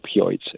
opioids